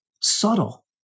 subtle